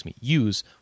use